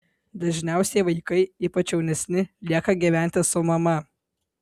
dažniausiai vaikai ypač jaunesni lieka gyventi su mama